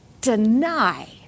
deny